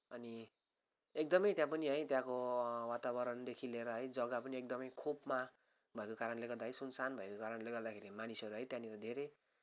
अनि एकदमै त्यहाँ पनि है त्यहाँको वातावरणदेखि लिएर जग्गा पनि एकदमै खोपमा भएको कारणले गर्दाखेरि सुनसान भएको कारणले गर्दाखेरि मानिसहरू है त्यहाँनिर धेरै